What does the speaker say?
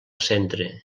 centre